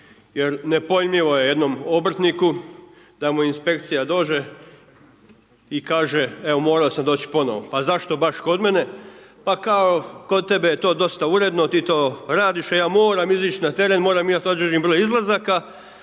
jer nepojmljivo je jednom obrtniku da mu inspekcija dođe i kaže evo morao sam doći ponovo. Pa zašto baš kod mene? Pa kao, kod tebe je to dosta uredno, ti to radiš, a ja moram izaći na teren, moram imati određeni broj izlazaka,